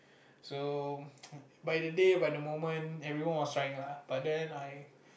so by the day by the moment everyone was trying lah but then I